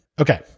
Okay